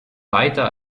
weiter